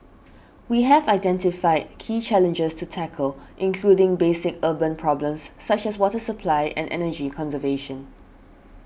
we have identified key challenges to tackle including basic urban problems such as water supply and energy conservation